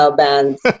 bands